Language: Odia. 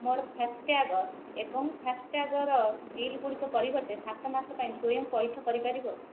ମୋର ଫାସ୍ଟ୍ୟାଗ୍ ଏବଂ ଫାସ୍ଟ୍ୟାଗର ବିଲଗୁଡ଼ିକ ପରବର୍ତ୍ତୀ ସାତ ମାସ ପାଇଁ ସ୍ଵୟଂ ପଇଠ କରିପାରିବ